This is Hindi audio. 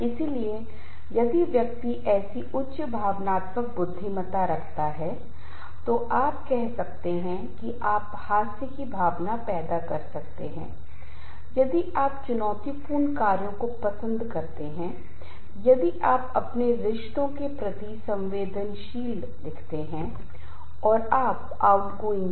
आगे कहें एक्स एक्सिस में तनाव बढ़ने से तनाव बढ़ता है और इसलिए निराशा चिंता और आखिरकार यह एक चरण हो सकता है जिसे भावनात्मक परिश्रम व्यक्तिवलाप संगठन के प्रति नकारात्मक रवैया और ये खराब प्रदर्शन में परिलक्षित होता है जिसे जलने की अवस्था बर्न आउट का चरण Stage of Burn out कहा जाता है